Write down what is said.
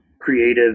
creative